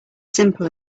simple